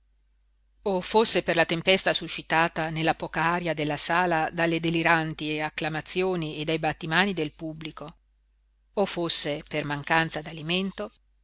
o fosse per la tempesta suscitata nella poca aria della sala dalle deliranti acclamazioni e dai battimani del pubblico o fosse per mancanza d'alimento